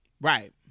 right